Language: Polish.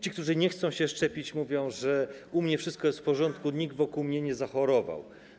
Ci, którzy nie chcą się szczepić, mówią: u mnie wszystko jest w porządku, nikt wokół mnie nie zachorował.